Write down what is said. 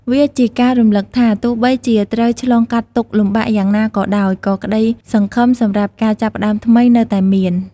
វាជាការរំលឹកថា ទោះបីជាត្រូវឆ្លងកាត់ទុក្ខលំបាកយ៉ាងណាក៏ដោយ ក៏ក្តីសង្ឃឹមសម្រាប់ការចាប់ផ្ដើមថ្មីនៅតែមាន។